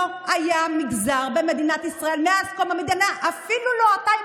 לא היה מגזר במדינת ישראל מאז קום המדינה אפילו לא אתה,